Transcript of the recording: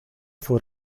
fue